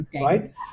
right